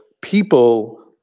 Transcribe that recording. people